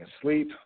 asleep